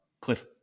Cliff